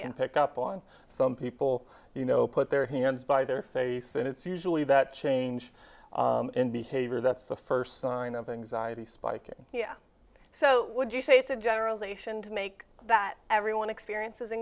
can pick up on some people you know put their hands by their face and it's usually that change in behavior that's the first sign of anxiety spiking yeah so would you say it's a generalization to make that everyone experienc